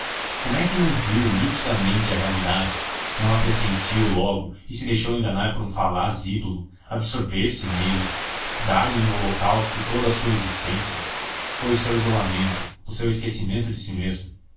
é que não viu nitidamente a realidade não a pressentiu logo e se deixou enganar por um falaz ídolo absorver se nele dar-lhe em holocausto toda a sua existência foi o seu isolamento o seu esquecimento de si mesmo